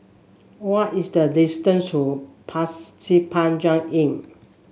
what is the distance to Pasir Panjang Inn